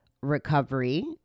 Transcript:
recovery